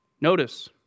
Notice